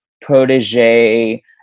protege